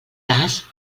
cas